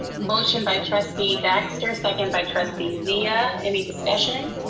motion by trustee baxter, second by trustee zia, any discussion?